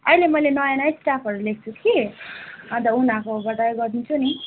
अहिले मेलै नयाँ नयाँ स्टाफहरू लिएको छु कि अन्त उनीहरूकोबाट गरिदिन्छु नि